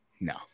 No